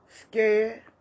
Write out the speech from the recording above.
scared